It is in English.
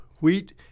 wheat